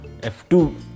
F2